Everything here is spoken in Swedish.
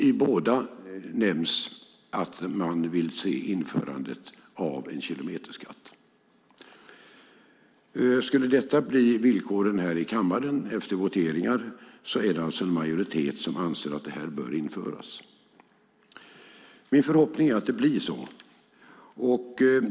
I båda nämns att man vill se införandet av en kilometerskatt. Skulle detta bli villkoren efter en votering här i kammaren är det alltså en majoritet som anser att kilometerskatt bör införas. Min förhoppning är att det blir så.